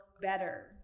better